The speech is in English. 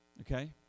Okay